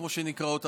כמו שהן נקראות,